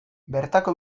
bertako